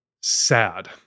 sad